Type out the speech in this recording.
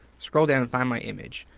scroll down and find my image.